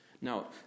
Now